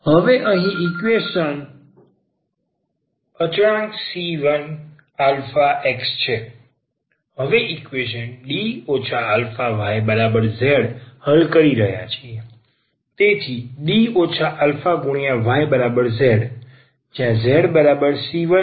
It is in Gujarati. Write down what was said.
હવે અહીં ઈક્વેશન D αyz હલ કરી રહ્યા છીએ તેથી D αyz zc1eαx છે